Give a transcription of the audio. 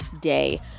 day